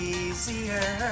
easier